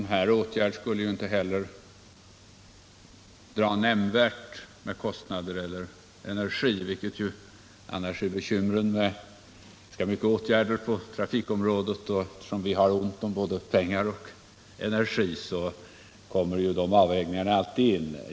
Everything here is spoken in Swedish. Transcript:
En sådan åtgärd skulle ju inte dra nämnvärt stora kostnader eller energi, vilket annars är bekymren när åtgärder skall vidtas på trafikområdet, eftersom vi har ont om både pengar och energi kommer ju annars de avvägningarna alltid in.